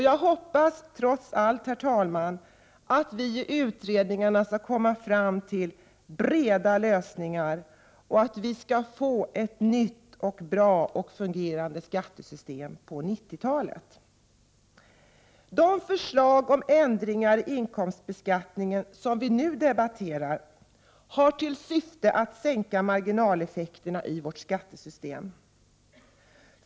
Jag hoppas trots allt, herr talman, att vi i utredninge skall komma fram till breda lösningar och att vi skall få ett nytt bra oc fungerande skattesystem på 90-talet. De förslag om ändring i inkomstbeskattningen, som vi nu debatterar, hal till syfte att sänka marginaleffekterna i vårt skattesystem.